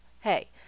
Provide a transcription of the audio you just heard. hey